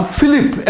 Philip